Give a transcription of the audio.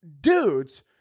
dudes